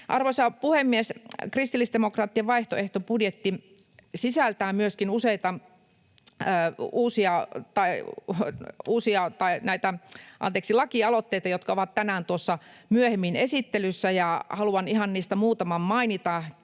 Arvoisa puhemies! Kristillisdemokraattien vaihtoehtobudjetti sisältää myöskin useita uusia lakialoitteita, jotka ovat tänään tuossa myöhemmin esittelyssä, ja haluan ihan muutaman niistä mainita.